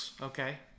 okay